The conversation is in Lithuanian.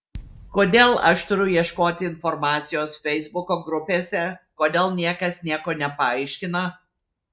kodėl aš turiu ieškoti informacijos feisbuko grupėse kodėl niekas nieko nepaaiškina